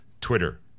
Twitter